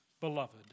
beloved